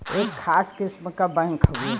एक खास किस्म क बैंक हउवे